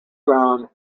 ground